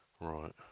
Right